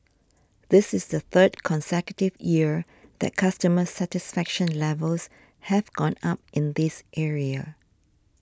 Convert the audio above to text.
this is the third consecutive year that customer satisfaction levels have gone up in this area